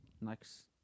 next